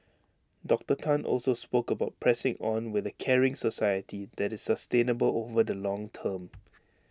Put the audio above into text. Doctor Tan also spoke about pressing on with A caring society that is sustainable over the long term